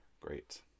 Great